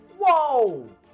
Whoa